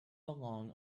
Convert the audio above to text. belong